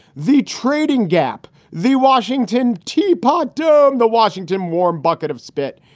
the trading gap, the washington teapot dome, the washington warm bucket of spit.